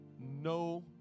no